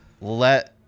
let